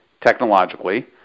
technologically